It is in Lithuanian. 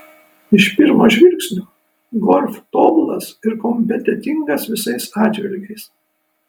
iš pirmo žvilgsnio golf tobulas ir kompetentingas visais atžvilgiais